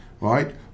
right